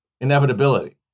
inevitability